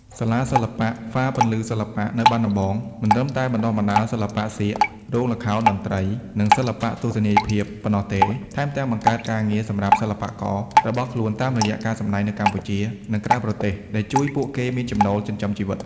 សាលាសិល្បៈ ហ្វារពន្លឺសិល្បៈ នៅបាត់ដំបង មិនត្រឹមតែបណ្តុះបណ្តាលសិល្បៈសៀក រោងល្ខោន តន្ត្រី និងសិល្បៈទស្សនីយភាពប៉ុណ្ណោះទេ ថែមទាំងបង្កើតការងារសម្រាប់សិល្បកររបស់ខ្លួនតាមរយៈការសម្តែងនៅកម្ពុជា និងក្រៅប្រទេសដែលជួយពួកគេមានចំណូលចិញ្ចឹមជីវិត។